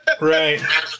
Right